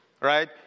right